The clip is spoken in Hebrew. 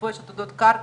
בעוד 20 שנה.